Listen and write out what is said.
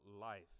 life